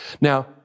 Now